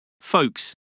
Folks